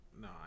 No